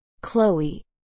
Chloe